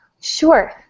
Sure